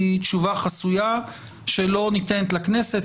היא תשובה חסויה שלא ניתנת לכנסת,